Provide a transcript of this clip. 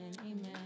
Amen